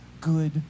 good